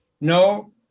no